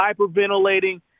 hyperventilating